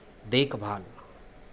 देखभाल